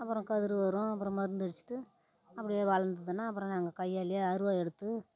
அப்புறம் கதிர் அப்புறம் மருந்து அடிச்சிகிட்டு அப்படியே வளர்ந்ததுன்னா அப்புறம் நாங்கள் கையாலேயே அருவாள் எடுத்து